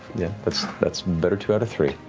yeah that's that's better two out of three.